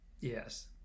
Yes